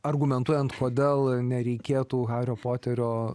argumentuojant kodėl nereikėtų hario poterio